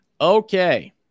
okay